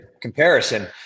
comparison